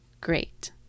great